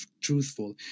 truthful